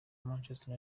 manchester